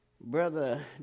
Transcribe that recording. Brother